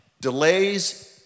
Delays